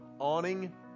awning